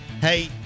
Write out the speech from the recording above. Hey